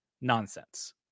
nonsense